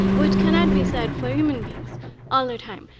which cannot be said for human beings all the time.